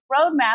Roadmap